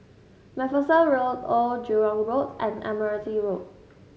MacPherson Road Old Jurong Road and Admiralty Road